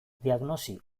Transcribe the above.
diagnosi